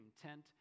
content